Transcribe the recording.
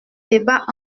débat